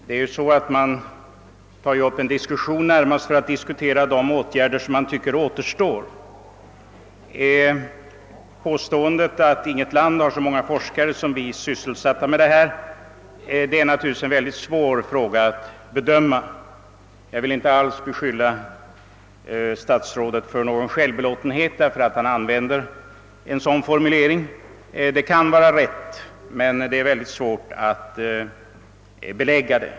Herr talman! Jag noterar självfallet med tillfredsställelse alla de åtgärder som jordbruksministern redovisar. Man tar emellertid ofta upp en diskussion närmast för att dryfta de åtgärder som man tycker återstår att vidtaga. >åståendet att inget land har så många forskare sysselsatta med detta som vi har är naturligtvis mycket svårt att bedöma. Jag vill inte alls beskylla statsrådet för någon självbelåtenhet med anledning av att han använder en sådan formulering. Hans påstående kan vara riktigt, men det är mycket svårt att belägga det.